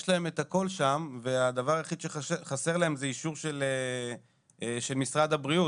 יש להם את הכל שם והדבר היחיד שחסר להם זה אישור של משרד הבריאות.